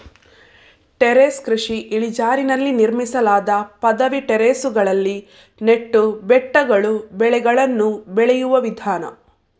terrace ಕೃಷಿ ಇಳಿಜಾರಿನಲ್ಲಿ ನಿರ್ಮಿಸಲಾದ ಪದವಿ ಟೆರೇಸುಗಳಲ್ಲಿ ನೆಟ್ಟು ಬೆಟ್ಟಗಳು ಬೆಳೆಗಳನ್ನು ಬೆಳೆಯುವ ವಿಧಾನ